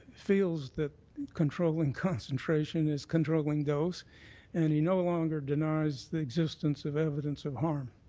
feels that controlling concentration is controlling dose and he no longer denies the existence of evidence of harm.